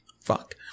Fuck